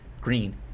Green